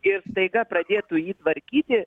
ir staiga pradėtų jį tvarkyti